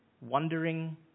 wondering